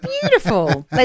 beautiful